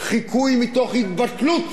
חיקוי מתוך התבטלות